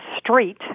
street